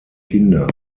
kinder